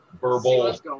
verbal